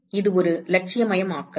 மீண்டும் இது ஒரு இலட்சியமயமாக்கல்